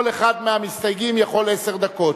כל אחד מהמסתייגים יכול עשר דקות.